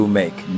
make